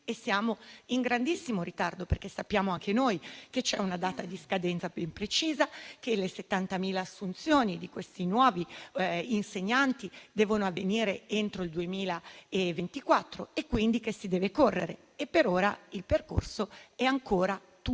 siamo in grandissimo ritardo, perché sappiamo anche noi che c'è una data di scadenza ben precisa, che le 70.000 assunzioni dei nuovi insegnanti devono avvenire entro il 2024 e che si deve correre. Per ora il percorso è ancora tutto